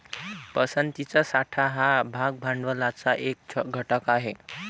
पसंतीचा साठा हा भाग भांडवलाचा एक घटक आहे